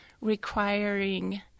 requiring